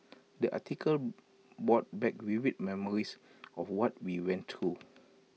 the article brought back vivid memories of what we went through